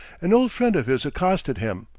an old friend of his accosted him,